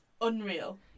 unreal